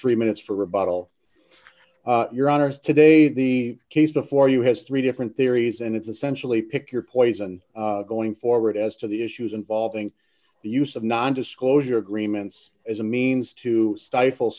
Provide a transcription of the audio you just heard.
three minutes for rebuttal your honor is today the case before you has three different theories and it's essentially pick your poison going forward as to the issues involving the use of non disclosure agreements as a means to stifle